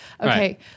okay